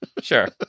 sure